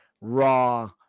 raw